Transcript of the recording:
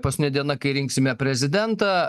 paskutinė diena kai rinksime prezidentą